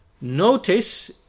Notice